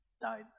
died